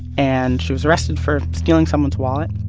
and she was arrested for stealing someone's wallet.